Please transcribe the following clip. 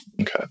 Okay